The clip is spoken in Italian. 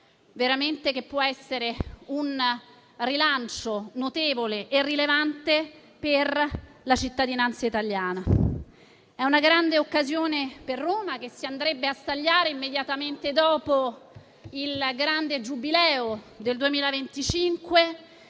essere un rilancio notevole e rilevante per la cittadinanza italiana. Si tratta di una grande occasione per Roma, che si andrebbe a stagliare immediatamente dopo il grande Giubileo del 2025,